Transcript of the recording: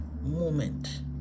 moment